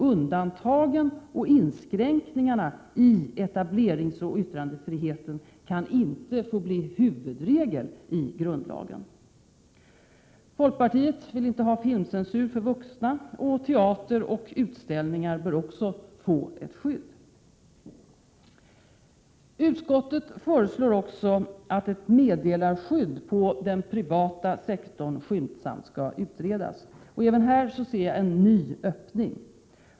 Undantagen och inskränkningarna i etableringsoch yttrandefriheten kan inte få bli huvudregel i grundlagen. Folkpartiet vill inte ha filmcensur för vuxna, och teatrar och utställningar bör också få ett skydd. Utskottet föreslår också att ett meddelarskydd inom den privata sektorn skyndsamt skall utredas. Även här ser jag en ny öppning.